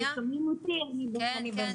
כן.